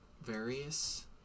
various